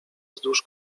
wzdłuż